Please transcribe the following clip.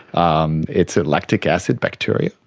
um it's a lactic acid bacteria,